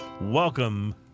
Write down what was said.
welcome